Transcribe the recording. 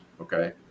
Okay